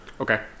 Okay